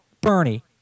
Bernie